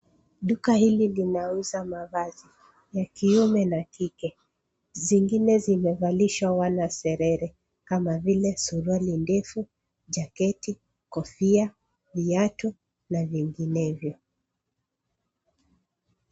Duka hili linauza mavazi, ya kiume na kike, zingine zimevalishwa wanaserere kama vile suruali ndefu, jaketi, kofia, viatu, na vinginevyo.